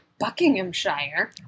buckinghamshire